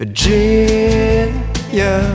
Virginia